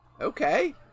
Okay